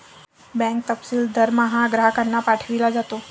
bank तपशील दरमहा ग्राहकांना पाठविला जातो